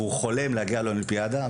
והוא חולם להגיע לאולימפיאדה.